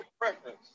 preference